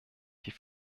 die